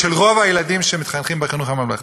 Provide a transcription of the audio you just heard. של רוב הילדים שמתחנכים בחינוך הממלכתי.